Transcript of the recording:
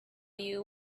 you